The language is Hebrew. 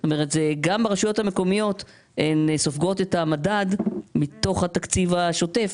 גם הרשויות המקומיות סופגות את המדד מתוך התקציב השוטף,